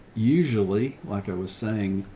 usually like i was saying,